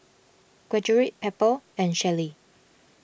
Gertrude Pepper and Shelley